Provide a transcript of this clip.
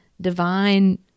divine